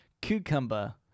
Cucumber